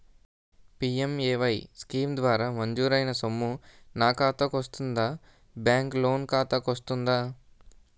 PMAY scheme ద్వారా మంజూరైన సొమ్ము నా ఖాతా కు వస్తుందాబ్యాంకు లోన్ ఖాతాకు వస్తుందా?